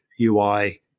UI